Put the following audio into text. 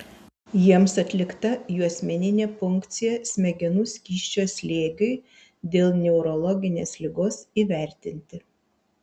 jiems atlikta juosmeninė punkcija smegenų skysčio slėgiui dėl neurologinės ligos įvertinti